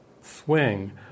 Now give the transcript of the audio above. swing